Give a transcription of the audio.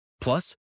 Plus